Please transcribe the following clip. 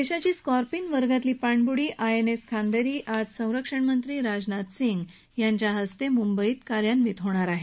देशाचा स्कॉर्पिन वर्गाची पाणबुडी आय एन एस खांदेरी आज संरक्षणमंत्री राजनाथ सिंग यांच्या हस्ते मुंबईत कार्यान्वित होणार आहे